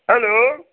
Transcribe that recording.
hello